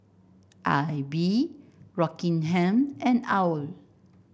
AIBI Rockingham and OWL